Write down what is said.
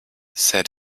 said